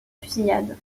fusillade